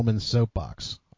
soapbox